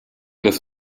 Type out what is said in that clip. des